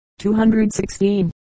216